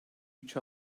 each